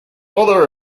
other